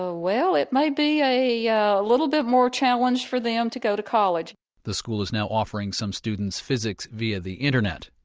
ah well it may be a yeah little bit more challenge for them to go to college the school is now offering some students physics via the internet.